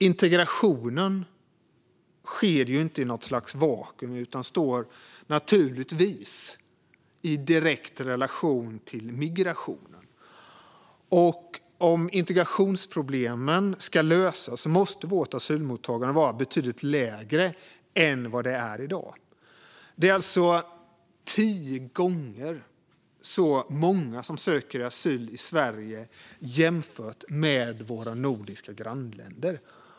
Integrationen sker inte i något slags vakuum utan står naturligtvis i direkt relation till migrationen. Om integrationsproblemen ska lösas måste vårt asylmottagande vara betydligt lägre än det är i dag. Det är alltså tio gånger så många som söker asyl i Sverige jämfört med våra nordiska grannländer.